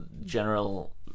general